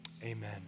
Amen